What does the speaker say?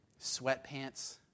sweatpants